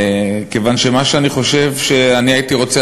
כיוון שמה שאני חושב שאני הייתי רוצה,